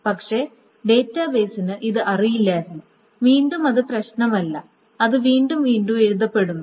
പക്ഷേ ഡാറ്റാബേസിന് ഇത് അറിയില്ലായിരുന്നു വീണ്ടും അത് പ്രശ്നമല്ല അത് വീണ്ടും വീണ്ടും എഴുതപ്പെടുന്നു